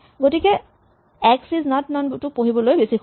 গতিকে x is not non to পঢ়িবলৈ বেছি সহজ